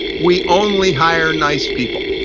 we only hire nice people.